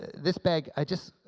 this bag, i just,